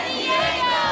Diego